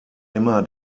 immer